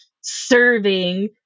serving